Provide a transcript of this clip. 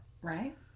Right